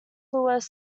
lewis